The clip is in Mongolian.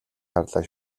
харлаа